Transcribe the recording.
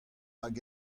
hag